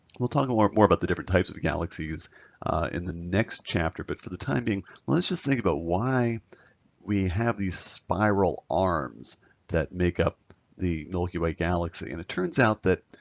we'll talk a lot more about the different types of galaxies in the next chapter, but for the time being let's just think about why we have these spiral arms that make up the milky way galaxy. and it turns out that,